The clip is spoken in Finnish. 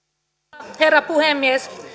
arvoisa herra puhemies